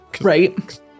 Right